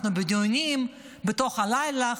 אנחנו בדיונים אל תוך הלילה.